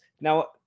Now